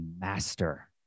master